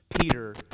Peter